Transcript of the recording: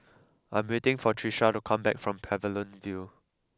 I am waiting for Trisha to come back from Pavilion View